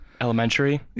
elementary